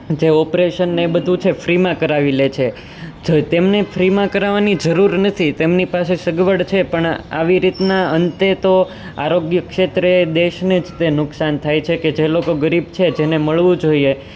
જે ઓપેરશનને એ બધું છે ફ્રીમાં કરવી લે છે તેમને ફ્રીમાં કરાવાની જરૂર નથી એમની પાસે સગવડ છે પણ આવી રીતના અંતે તો આરોગ્ય ક્ષેત્રે દેશને જ તે નુકસાન થાય છે જે લોકો ગરીબ છે જેને મળવું જોઈએ